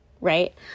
Right